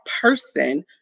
person